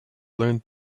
learned